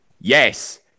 Yes